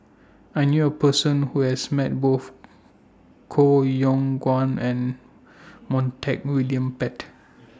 I knew A Person Who has Met Both Koh Yong Guan and Montague William Pett